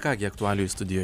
ką gi aktualijų studijoj